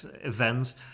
events